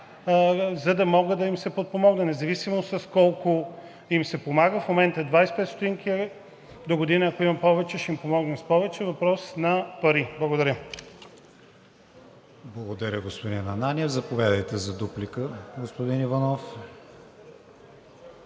за да може да им се помогне, независимо с колко им се помага. В момента е 25 стотинки, догодина, ако има повече, ще им помогнем с повече. Въпрос на пари. Благодаря. ПРЕДСЕДАТЕЛ КРИСТИАН ВИГЕНИН: Благодаря, господин Ананиев. Заповядайте за дуплика, господин Иванов.